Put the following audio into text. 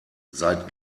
seit